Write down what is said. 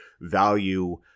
value